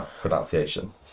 Pronunciation